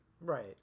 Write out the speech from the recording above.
Right